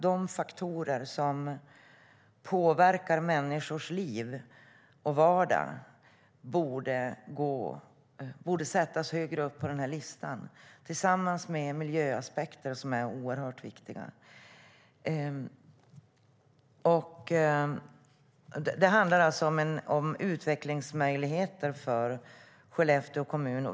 De faktorer som påverkar människors liv och vardag borde sättas högre upp på listan tillsammans med de viktiga miljöaspekterna. Det handlar om utvecklingsmöjligheter för Skellefteå kommun.